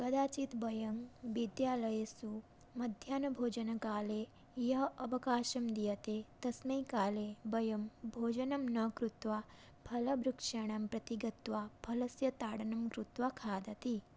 कदाचित् वयं विद्यालयेषु मध्याह्नभोजनकाले यः अवकाशः दीयते तस्मै काले वयं भोजनं न कृत्वा फलवृक्षाणां प्रति गत्वा फलस्य ताडनं कृत्वा खादति